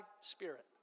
spirit